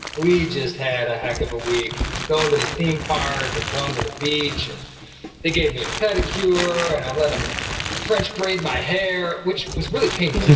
we just had a heck of a week going to the theme park and going to the beach. and they gave me a pedicure, and i let them french braid my hair which was really painful